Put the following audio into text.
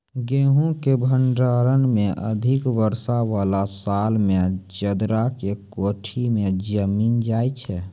गेहूँ के भंडारण मे अधिक वर्षा वाला साल मे चदरा के कोठी मे जमीन जाय छैय?